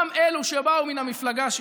גם אלו שבאו מן המפלגה שלו.